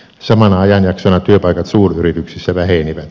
samana ajanjaksona työpaikat suuryrityksissä vähenivät